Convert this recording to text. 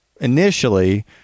initially